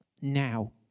now